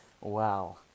wow